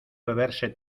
beberse